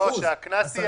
מי קורא את הצעת